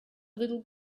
little